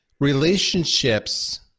relationships